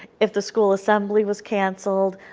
if the school assembly was cancelled,